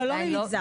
לא, לא ממגזר.